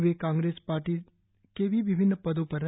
वे Congress party के भी विभिन्न पदों पर रहे